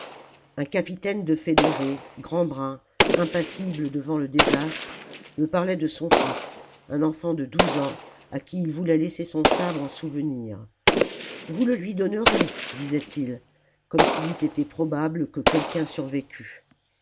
un capitaine de fédérés grand brun impassible devant le désastre il me parlait de son fils un enfant de douze ans à qui il voulait laisser son sabre en souvenir vous le lui donnerez disait-il comme s'il eût été probable que quelqu'un survécût